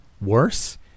Worse